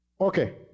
Okay